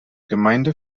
gemeinde